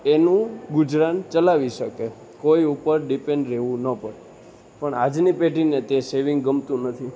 એનું ગુજરાન ચલાવી શકે કોઈ ઉપર ડીપેન્ડ રહેવું ન પડે પણ આજની પેઢીને તે સેવિંગ ગમતું નથી